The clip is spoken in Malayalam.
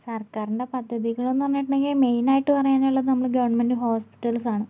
സർക്കാരിൻ്റെ പദ്ധതികൾ എന്ന് പറഞ്ഞിട്ടുണ്ടെങ്കിൽ മെയിനായിട്ട് പറയാൻ ഉള്ളത് നമ്മള് ഗവൺമെൻ്റ് ഹോസ്പിറ്റൽസാണ്